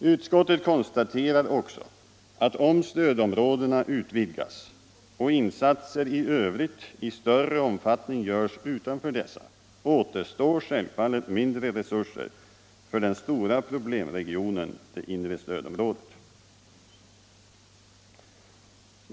Utskottet konstaterar också att om stödområdena utvidgas och insatser i övrigt i större omfattning görs utanför dessa återstår självfallet mindre resurser för den stora problemregionen, det inre stödområdet.